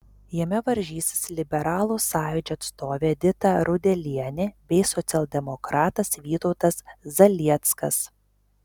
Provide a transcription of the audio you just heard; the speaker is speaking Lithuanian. jame varžysis liberalų sąjūdžio atstovė edita rudelienė bei socialdemokratas vytautas zalieckas